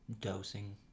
dosing